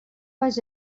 was